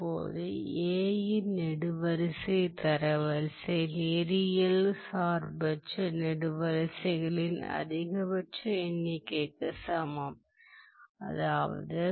இப்போது A இன் நெடுவரிசை தரவரிசை நேரியல் சார்பற்ற நெடுவரிசைகளின் அதிகபட்ச எண்ணிக்கைக்கு சமம் அதாவது